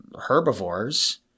herbivores